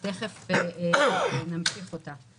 שתכף נמשיך אותה,